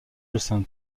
l’arche